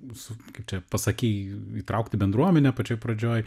mūsų kaip čia pasakei įtraukti bendruomenę pačioj pradžioj